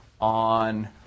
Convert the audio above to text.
on